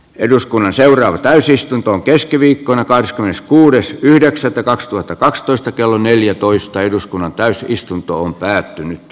eduskunnan seuraava täysistuntoon keskiviikkona kahdeskymmeneskuudes yhdeksättä kaksituhattakaksitoista kello neljätoista eduskunnan täysistuntoon käsittely keskeytetään